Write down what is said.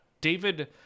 David